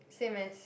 same as